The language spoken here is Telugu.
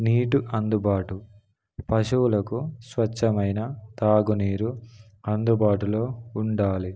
నీటి అందుబాటు పశువులకు స్వచ్ఛమైన తాగునీరు అందుబాటులో ఉండాలి